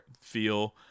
feel